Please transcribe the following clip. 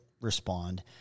respond